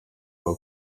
rwa